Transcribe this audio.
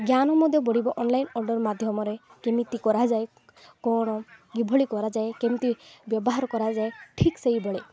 ଜ୍ଞାନ ମଧ୍ୟ ବଢ଼ିବ ଅନ୍ଲାଇନ୍ ଅର୍ଡ଼ର୍ ମାଧ୍ୟମରେ କେମିତି କରାଯାଏ କ'ଣ କିଭଳି କରାଯାଏ କେମିତି ବ୍ୟବହାର କରାଯାଏ ଠିକ୍ ସେହିଭଳି